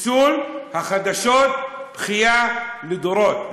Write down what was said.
חיסול החדשות, בכייה לדורות.